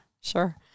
Sure